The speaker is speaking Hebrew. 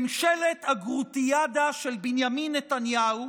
ממשלת הגרוטיאדה של בנימין נתניהו,